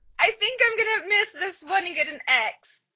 i think i'm gonna miss this one and get an x